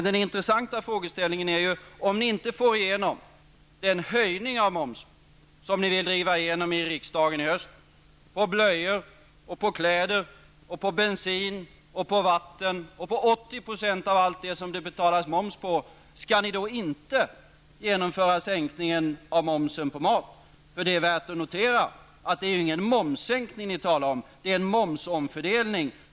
Den intressanta frågeställningen är dock den här: Om ni inte får igenom den höjning av momsen som ni vill driva igenom i riksdagen i höst på blöjor, kläder, bensin, vatten, ja på 80 % av allt det som det betalas moms på, skall ni då inte genomföra sänkning av momsen på mat? Det är värt att notera att ni inte talar om någon momssänkning utan en momsomfördelning.